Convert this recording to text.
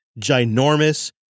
ginormous